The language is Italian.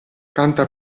canta